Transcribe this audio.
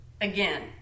Again